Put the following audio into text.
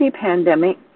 pandemic